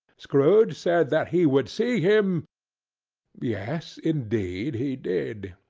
scrooge said that he would see him yes, indeed he did.